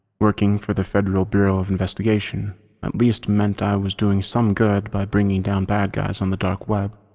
working for the federal bureau of investigation at least meant i was doing some good by bringing down bad guys on the dark web,